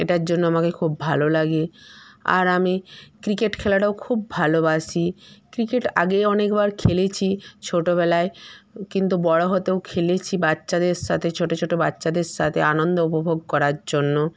এটার জন্য আমাকে খুব ভালো লাগে আর আমি ক্রিকেট খেলাটাও খুব ভালোবাসি ক্রিকেট আগেই অনেকবার খেলেছি ছোটোবেলায় কিন্তু বড়ো হতেও খেলেছি বাচ্চাদের সাথে ছোটো ছোটো বাচাদের সাথে আনন্দ উপভোগ করার জন্য